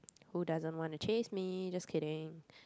who doesn't want to chase me just kidding